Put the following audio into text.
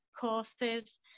courses